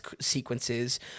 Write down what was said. sequences